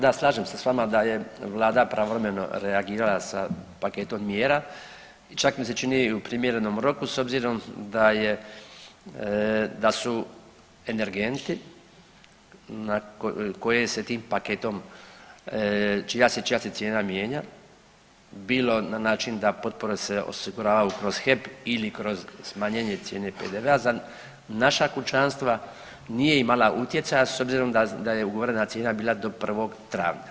Da, slažem se s vama da je vlada pravovremeno reagirala sa paketom mjera i čak mi se čini i u primjerenom roku s obzirom da je, da su energenti koje se tim paketom, čija se, čija se cijena mijenja bilo na način da potpore se osiguravaju kroz HEP ili kroz smanjenje cijene PDV-a za naša kućanstva nije imala utjecaja s obzirom da je ugovorena cijena bila do 1. travnja.